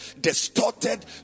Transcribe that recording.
distorted